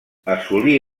assolí